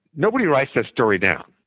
nobody writes that story down.